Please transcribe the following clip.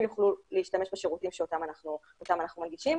יוכלו להשתמש בשירותים שאותם אנחנו מנגישים.